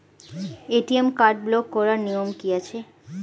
ATM card block করার নিয়ম কি আছে?